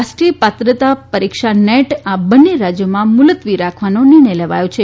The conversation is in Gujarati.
રાષ્ટ્રીય પાત્રતા પરીક્ષા નેટ આ બન્ને રાજ્યોમાં મુલતવી રાખવાનો નિર્ણય લેવાયો છે